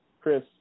Chris